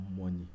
money